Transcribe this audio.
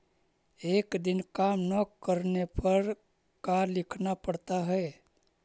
एक दिन काम न करने पर का लिखना पड़ता है?